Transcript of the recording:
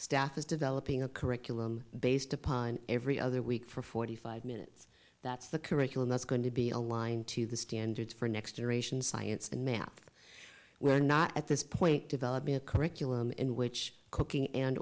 staff is developing a curriculum based upon every other week for forty five minutes that's the curriculum that's going to be aligned to the standards for next generation science and math we are not at this point developing a curriculum in which cooking and